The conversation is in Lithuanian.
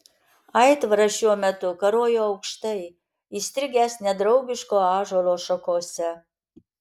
aitvaras šiuo metu karojo aukštai įstrigęs nedraugiško ąžuolo šakose